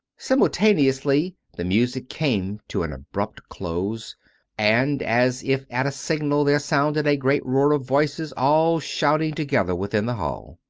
simultaneously the music came to an abrupt close and, as if at a signal, there sounded a great roar of voices, all shouting together within the hall.